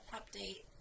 update